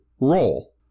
roll